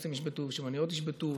שהאוטובוסים ישבתו ושהמוניות ישבתו.